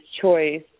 choice